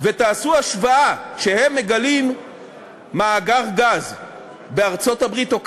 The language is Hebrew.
הם חוזרים אלינו כשהם בצורה גרועה מאוד